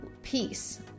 peace